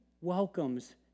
welcomes